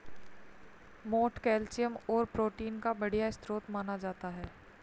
मोठ कैल्शियम और प्रोटीन का बढ़िया स्रोत माना जाता है